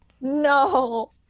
No